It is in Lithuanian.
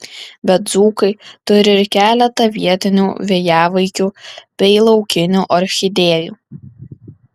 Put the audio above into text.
bet dzūkai turi ir keletą vietinių vėjavaikių bei laukinių orchidėjų